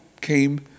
came